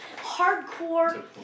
Hardcore